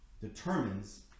determines